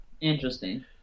Interesting